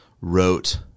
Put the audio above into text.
wrote